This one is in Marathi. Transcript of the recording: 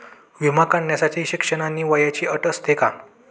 विमा काढण्यासाठी शिक्षण आणि वयाची अट असते का?